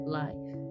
life